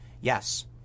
Yes